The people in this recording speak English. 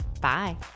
Bye